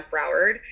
Broward